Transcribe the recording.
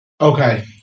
Okay